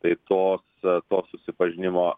tai tos to susipažinimo